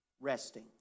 resting